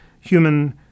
human